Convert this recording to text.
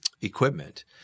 equipment